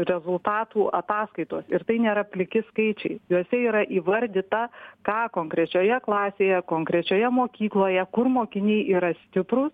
rezultatų ataskaitos ir tai nėra pliki skaičiai juose yra įvardyta ką konkrečioje klasėje konkrečioje mokykloje kur mokiniai yra stiprūs